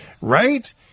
right